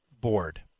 board